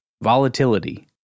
volatility